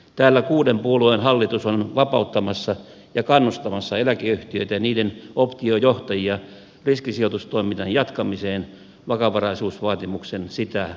täällä kuuden puolueen hallitus on vapauttamassa ja kannustamassa eläkeyhtiöitä ja niiden optiojohtajia riskisijoitustoiminnan jatkamiseen vakavaraisuusvaatimuksen sitä estämättä